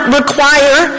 require